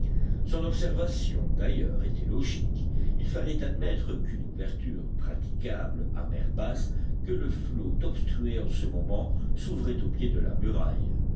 son observation d'ailleurs était logique il fallait admettre qu'une ouverture praticable à mer basse que le flot obstruait en ce moment s'ouvrait au pied de la muraille